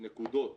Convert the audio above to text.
נקודות